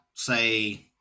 Say